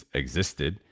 existed